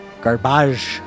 Garbage